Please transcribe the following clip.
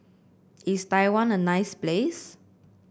is Taiwan a nice place